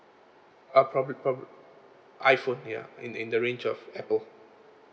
ah probably probably iphone ya in in the range of Apple